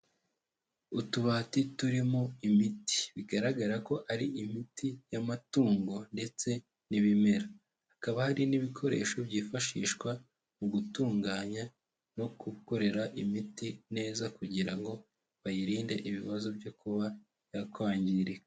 Utubati turimo imiti bigaragara ko ari imiti y'amatungo ndetse n'ibimera, hakaba hari n'ibikoresho byifashishwa mu gutunganya no gukorera imiti neza kugira ngo bayirinde ibibazo byo kuba yakwangirika.